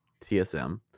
TSM